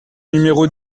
numéro